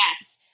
yes